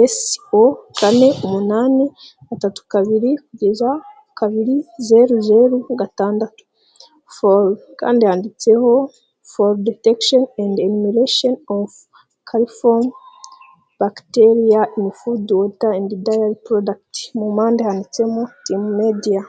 esi kane umunani gatatu kabiri kugeza kabiri zeru zeru gatandatu foru, kandi handitseho for detection and enumeration of california bacteria in food water and daily product mu mpande handitsemo in media.